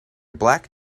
black